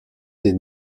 des